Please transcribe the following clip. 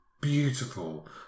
beautiful